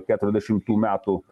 keturiasdešimų metų